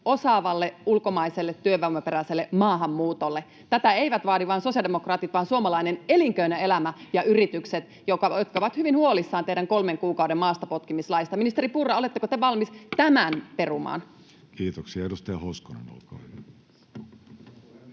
osaavalle ulkomaiselle työvoimaperäiselle maahanmuutolle. Tätä eivät vaadi vain sosiaalidemokraatit vaan suomalainen elinkeinoelämä ja yritykset, jotka ovat hyvin huolissaan teidän kolmen kuukauden maastapotkimislaistanne. Ministeri Purra, oletteko te valmis tämän perumaan?